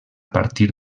partir